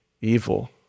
evil